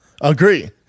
Agree